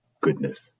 goodness